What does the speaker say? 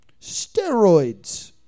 Steroids